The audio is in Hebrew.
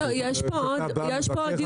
יש פה דיונים